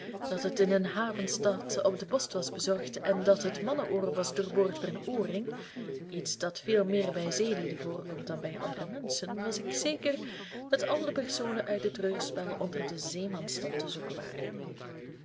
dat het in een havenstad op de post was bezorgd en dat het mannenoor was doorboord voor een oorring iets dat veel meer bij zeelieden voorkomt dan bij andere menschen was ik zeker dat al de personen uit het treurspel onder den zeemansstand te zoeken waren